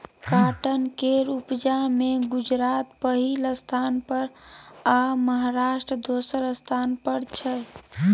cotton केर उपजा मे गुजरात पहिल स्थान पर आ महाराष्ट्र दोसर स्थान पर छै